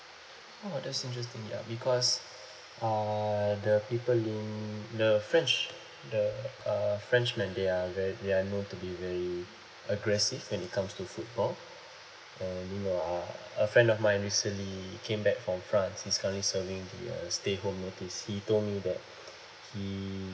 oh that's interesting ya because uh the people in the french the uh french when they are ve~ they are known to be very aggressive when it comes to football uh you know uh a friend of mine recently he came back from france he's currently serving the uh stay home notice he told me that he